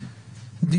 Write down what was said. בוקר טוב לכולם.